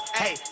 hey